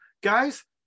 guys